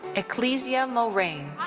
ecclesia morain.